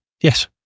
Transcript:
yes